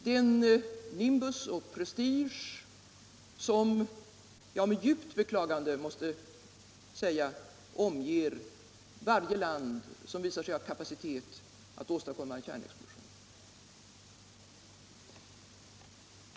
Den nimbus of prestige som jag med djupt beklagande måste säga omger varje land som visar sig ha kapacitet att åstadkomma en kärnexplosion.